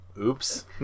Oops